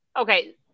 Okay